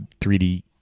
3D